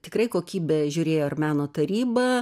tikrai kokybę žiūrėjo ir meno taryba